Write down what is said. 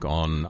on